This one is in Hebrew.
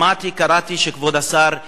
שמעתי, קראתי, שכבוד השר הקפיא,